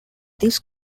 this